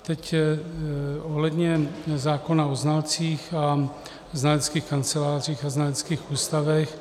Teď ohledně zákona o znalcích a znaleckých kancelářích a znaleckých ústavech.